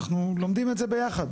אנחנו לומדים את זה ביחד,